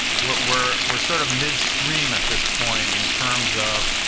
we're we're sort of midstream at this point in terms of